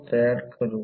2 दिले आहे